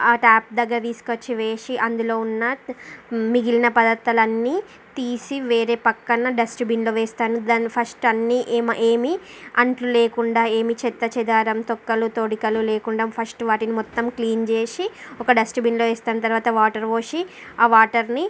ఆ ట్యాప్ దగ్గర తీసుకు వచ్చి వేసి అందులో ఉన్న మిగిలిన పదార్థాలు అన్నీ తీసి వేరే పక్కన డస్ట్బిన్లో వేస్తాను దాన్ని ఫస్ట్ అన్నీ ఏమి ఏమి అంట్లు లేకుండా ఏమి చెత్త చెదారం తొక్కలు తోడికలు లేకుండా ఫస్ట్ వాటిని మొత్తం క్లీన్ చేసి ఒక డస్ట్బిన్లో వేస్తాను తర్వాత వాటర్ పోసి ఆ వాటర్ని